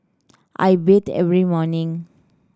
I bathe every morning